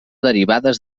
derivades